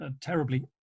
terribly